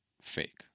fake